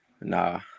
Nah